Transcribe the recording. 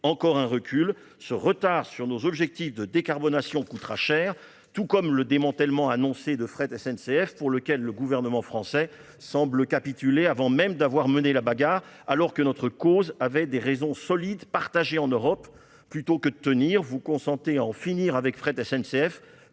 encore un recul ! Ce retard sur nos objectifs de décarbonation coûtera cher, tout comme le démantèlement annoncé de Fret SNCF, pour lequel le gouvernement français semble capituler avant même d'avoir mené la bataille, alors que notre cause avait des raisons solides, partagées en Europe. Plutôt que de tenir, vous consentez à en finir avec Fret SNCF.